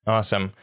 Awesome